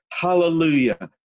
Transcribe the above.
hallelujah